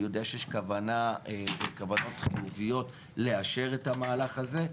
אני יודע שיש כוונות חיוביות לאשר את המהלך הזה,